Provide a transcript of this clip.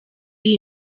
iyi